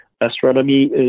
Astronomy